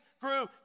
grew